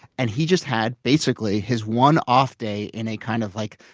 and he just had basically his one off day in a kind of like,